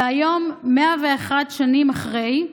והיום, 101 שנים אחרי,